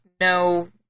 no